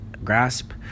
grasp